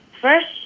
first